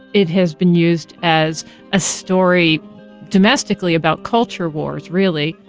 it has been used as a story domestically about culture wars, really.